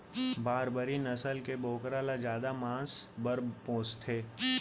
बारबरी नसल के बोकरा ल जादा मांस बर पोसथें